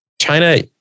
China